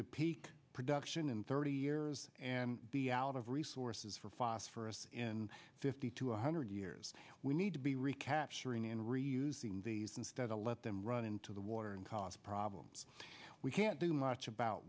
to peak production in thirty years and be out of resources for phosphorous in fifty to one hundred years we need to be recapturing in reusing these instead of let them run into the water and cause problems we can't do much about